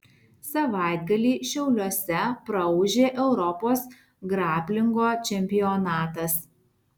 savaitgalį šiauliuose praūžė europos graplingo čempionatas